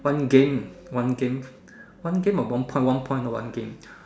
one game one game one game or one point one point or one game